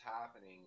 happening